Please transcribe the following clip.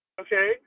Okay